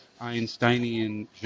Einsteinian